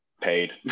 paid